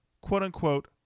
quote-unquote